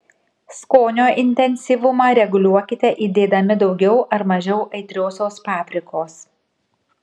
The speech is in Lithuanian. skonio intensyvumą reguliuokite įdėdami daugiau ar mažiau aitriosios paprikos